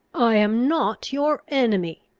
i am not your enemy.